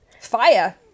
Fire